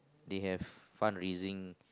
they have fund raising